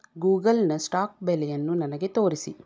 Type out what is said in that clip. ಗೂಗಲ್ನ stock ಬೆಲೆಯನ್ನು ನನಗೆ ತೋರಿಸಿ